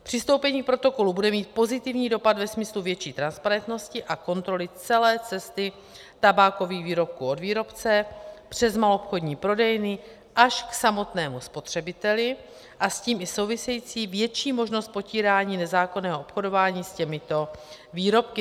Přistoupení k protokolu bude mít pozitivní dopad ve smyslu větší transparentnosti a kontroly celé cesty tabákových výrobků od výrobce přes maloobchodní prodejny až k samotnému spotřebiteli a s tím i související větší možnost potírání nezákonného obchodování s těmito výrobky.